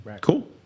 cool